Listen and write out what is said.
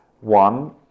one